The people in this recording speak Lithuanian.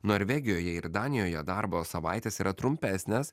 norvegijoje ir danijoje darbo savaitės yra trumpesnės